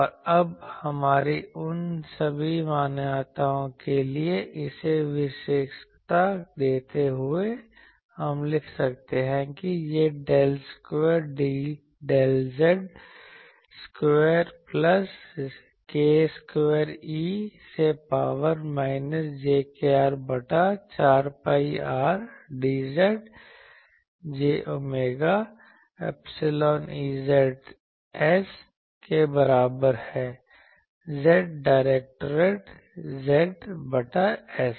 और अब हमारी उन सभी मान्यताओं के लिए इन्हें विशेषज्ञता देते हुए हम लिख सकते हैं कि यह Del square Del z square plus k स्क्वायर e से पावर माइनस j kR बटा 4 pi R dz j omega epsilon Ez के बराबर है Z डायरेक्टेड Z बटा s